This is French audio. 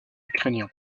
ukrainien